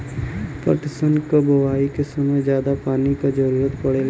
पटसन क बोआई के समय जादा पानी क जरूरत पड़ेला